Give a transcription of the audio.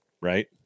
right